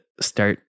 start